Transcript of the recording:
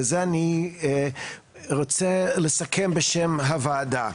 בזה אני רוצה לסכם בשם הוועדה,